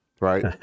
right